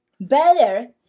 Better